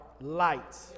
light